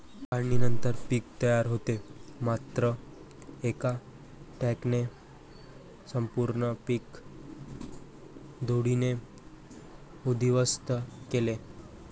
काढणीनंतर पीक तयार होते मात्र एका ट्रकने संपूर्ण पीक धुळीने उद्ध्वस्त केले